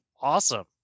awesome